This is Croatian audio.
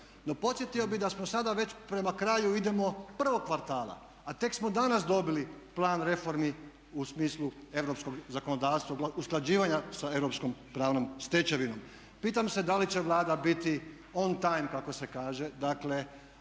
No, podsjetio bih da smo sada već prema kraju idemo prvog kvartala, a tek smo danas dobili Plan reformi u smislu europskog zakonodavstva, usklađivanja sa europskom pravnom stečevinom. Pitam se da li će Vlada biti on time kako se kaže,